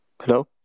Hello